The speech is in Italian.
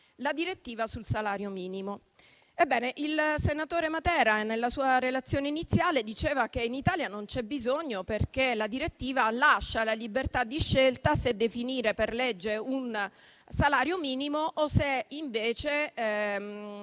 la direttiva sul salario minimo. Ebbene il senatore Matera, nella sua relazione iniziale, ha detto che in Italia non ce ne è bisogno perché la direttiva lascia la libertà di scelta se definire per legge un salario minimo o se invece,